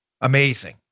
Amazing